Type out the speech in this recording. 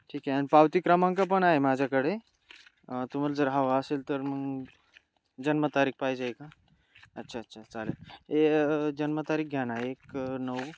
ठीक आहे आणि पावती क्रमांक पण आहे माझ्याकडे तुम्हाला जर हवं असेल तर मग जन्मतारीख पाहिजे आहे का अच्छा अच्छा चालेल ए जन्मतारीख घ्या ना एक नऊ